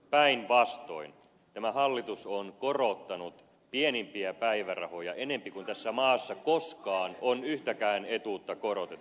päinvastoin tämä hallitus on korottanut pienimpiä päivärahoja enempi kuin tässä maassa koskaan on yhtäkään etuutta korotettu